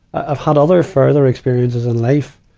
i've had other further experiences in life,